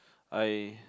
I